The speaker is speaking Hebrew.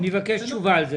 אבקש על זה תשובה.